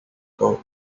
court